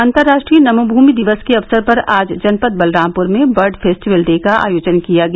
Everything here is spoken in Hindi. अंतर्राष्ट्रीय नमभूमि दिवस के अवसर पर आज जनपद बलरामपुर में बर्ड फेस्टिवल डे का आयोजन किया गया